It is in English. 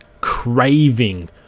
craving